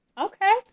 Okay